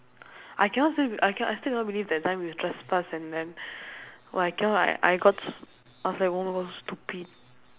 I cannot still I canno~ I still cannot believe that time you trespass and then !wah! I cannot eh I got I was like oh my god stupid